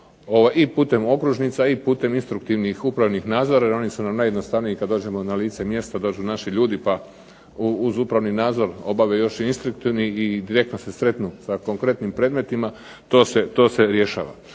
i putem okružnica i putem instruktivnih upravnih nadzora jer oni su nam najjednostavniji kad dođemo na lice mjesta, dođu naši ljudi pa uz upravni nadzor obave još i instruktivni i direktno se sretnu sa konkretnim predmetima to se rješava.